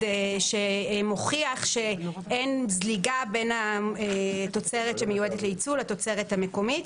שמוכיח שאין זליגה בין התוצרת שמיועדת לייצוא לתוצרת המקומית.